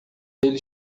ele